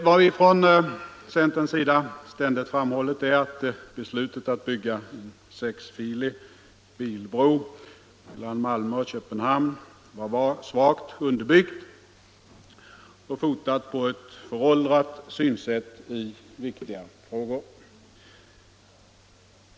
Vad vi från centerns sida ständigt framhållit är att beslutet att bygga en sexfilig bilbro mellan Malmö och Köpenhamn var svagt underbyggt och fotat på ett föråldrat synsätt i viktiga frågor.